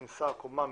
קומה,